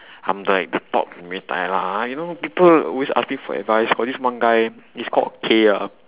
I'm like the top in muay-thai lah you know people always ask me for advice got this one guy he's called K ah